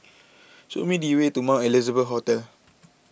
show me the way to Mount Elizabeth Hospital